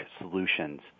solutions